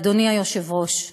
אדוני היושב-ראש,